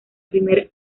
primer